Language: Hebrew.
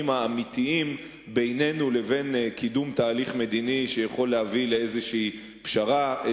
האמיתיים בינינו לבין קידום תהליך מדיני שיכול להביא לפשרה כלשהי.